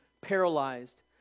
paralyzed